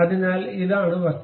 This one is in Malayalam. അതിനാൽ ഇതാണ് വസ്തു